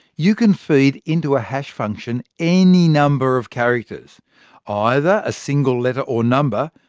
you can feed into a hash function any number of characters either a single letter or number,